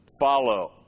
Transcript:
follow